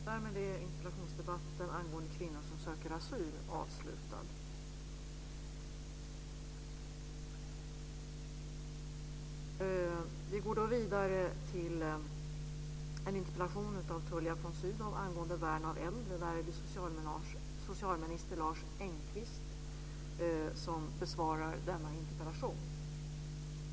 Fru talman! Jag tycker att detta är en angelägen fråga, som vi har diskuterat många gånger här i kammaren och som nu är föremål för en ny diskussion. Jag tycker, som jag sagt i mina tidigare inlägg, att det finns all anledning att nu med kraft delta i den diskussion som pågår både i Europa och också internationellt.